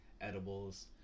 edibles